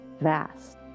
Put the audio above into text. vast